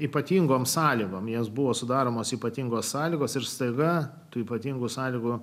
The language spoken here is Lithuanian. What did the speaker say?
ypatingom sąlygom jas buvo sudaromos ypatingos sąlygos ir staiga tų ypatingų sąlygų